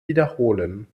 wiederholen